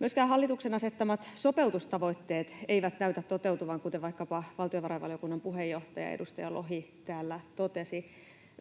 Myöskään hallituksen asettamat sopeutustavoitteet eivät näytä toteutuvan, kuten vaikkapa valtiovarainvaliokunnan puheenjohtaja, edustaja Lohi täällä totesi.